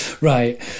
Right